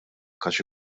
għaliex